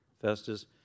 Festus